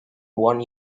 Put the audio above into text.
one